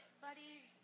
buddies